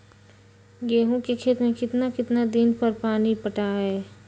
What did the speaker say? गेंहू के खेत मे कितना कितना दिन पर पानी पटाये?